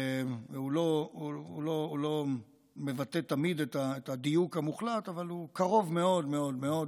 שלא מבטא תמיד את הדיוק המוחלט אבל הוא קרוב מאוד מאוד מאוד,